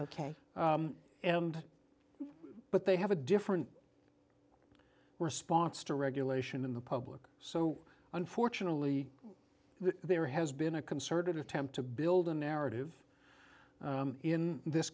ok and but they have a different response to regulation in the public so unfortunately there has been a concerted attempt to build a narrative in this